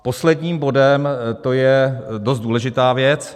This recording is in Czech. Posledním bodem je dost důležitá věc.